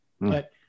But-